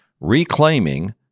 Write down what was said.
Reclaiming